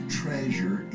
treasure